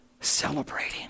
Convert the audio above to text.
Celebrating